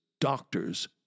doctors